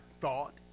thought